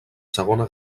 segona